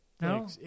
No